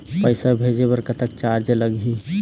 पैसा भेजे बर कतक चार्ज लगही?